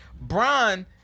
Bron